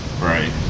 Right